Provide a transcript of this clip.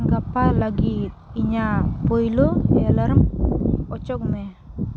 ᱜᱟᱯᱟ ᱞᱟᱹᱜᱤᱫ ᱤᱧᱟᱹᱜ ᱯᱳᱭᱞᱳ ᱮᱞᱟᱨᱢ ᱚᱪᱚᱜᱽ ᱢᱮ